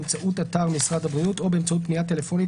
באמצעות אתר משרד הבריאות או באמצעות פנייה טלפונית